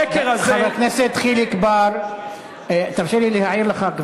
שלא פועלת, חבר הכנסת חיליק בר, תרשה לי להעיר לך: